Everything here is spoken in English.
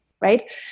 Right